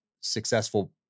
successful